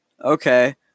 Okay